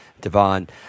Devon